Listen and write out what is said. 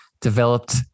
developed